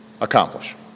accomplish